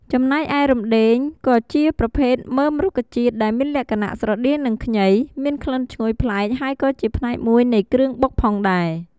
ចំណែកឯរំដេង គឺជាប្រភេទមើមរុក្ខជាតិដែលមានលក្ខណៈស្រដៀងនឹងខ្ញី មានក្លិនឈ្ងុយប្លែកហើយក៏ជាផ្នែកមួយនៃគ្រឿងបុកផងដែរ។